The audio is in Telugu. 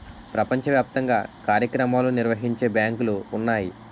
ప్రపంచ వ్యాప్తంగా కార్యక్రమాలు నిర్వహించే బ్యాంకులు ఉన్నాయి